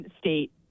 state